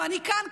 ואני כאן,